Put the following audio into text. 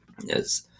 yes